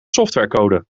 softwarecode